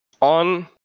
on